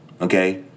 Okay